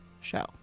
show